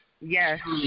Yes